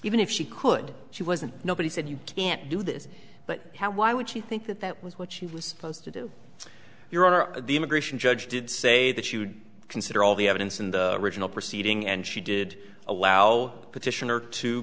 even if she could she wasn't nobody said you can't do this but how why would she think that that was what she was supposed to do your honor the immigration judge did say that she would consider all the evidence in the original proceeding and she did allow the petitioner to